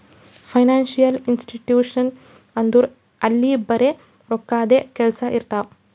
financial institution ಅಂದುರ್ ಅಲ್ಲಿ ಬರೆ ರೋಕ್ಕಾದೆ ಕೆಲ್ಸಾ ಇರ್ತಾವ